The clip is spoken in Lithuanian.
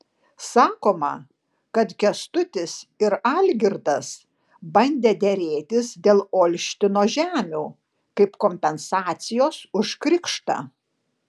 sakoma kad kęstutis ir algirdas bandę derėtis dėl olštino žemių kaip kompensacijos už krikštą